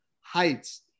Heights